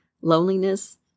loneliness